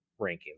rankings